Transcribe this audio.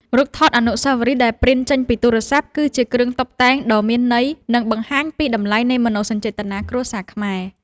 រូបថតអនុស្សាវរីយ៍ដែលព្រីនចេញពីទូរស័ព្ទ គឺជាគ្រឿងតុបតែងដ៏មានន័យនិង បង្ហាញពីតម្លៃនៃមនោសញ្ចេតនាគ្រួសារខ្មែរ។